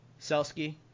Selsky